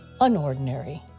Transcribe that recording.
unordinary